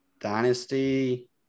dynasty